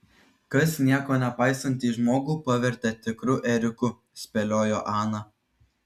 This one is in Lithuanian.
kas nieko nepaisantį žmogų pavertė tikru ėriuku spėliojo ana